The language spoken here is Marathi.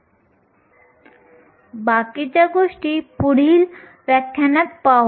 मग आपण तिथून पुढे जाऊ